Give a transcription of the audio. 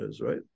right